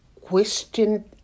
question